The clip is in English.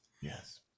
yes